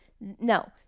no